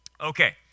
Okay